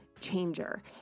changer